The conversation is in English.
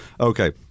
Okay